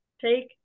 Take